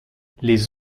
les